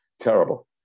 terrible